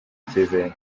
ikizere